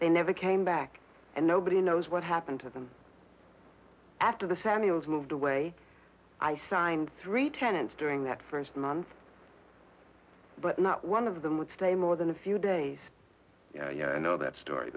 they never came back and nobody knows what happened to them after the samuels moved away i signed three tenants during that first month but not one of them would stay more than a few days i know that story